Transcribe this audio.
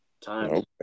time